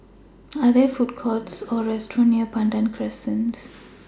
Are There Food Courts Or restaurants near Pandan Crescent